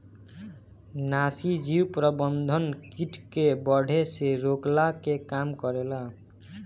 नाशीजीव प्रबंधन किट के बढ़े से रोकला के काम करेला